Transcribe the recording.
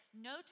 no